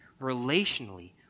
relationally